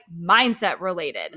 mindset-related